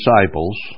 disciples